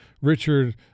Richard